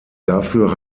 dafür